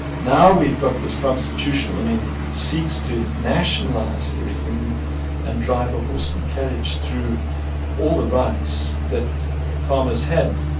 now we've got this constitutional amendment which seeks to nationalise everything and and drive a horse and carriage through all the rights that farmers had,